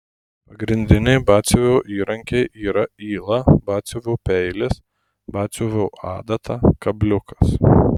pagrindiniai batsiuvio įrankiai yra yla batsiuvio peilis batsiuvio adata kabliukas